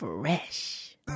Fresh